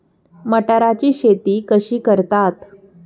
मटाराची शेती कशी करतात?